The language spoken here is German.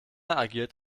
agiert